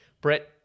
Brett